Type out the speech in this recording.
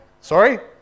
Sorry